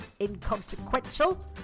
inconsequential